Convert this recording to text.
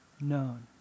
known